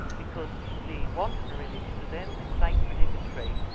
because the wandjina image to them is sacred imagery,